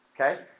okay